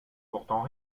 pourtant